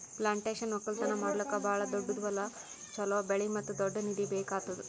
plantation ಒಕ್ಕಲ್ತನ ಮಾಡ್ಲುಕ್ ಭಾಳ ದೊಡ್ಡುದ್ ಹೊಲ, ಚೋಲೋ ಬೆಳೆ ಮತ್ತ ದೊಡ್ಡ ನಿಧಿ ಬೇಕ್ ಆತ್ತುದ್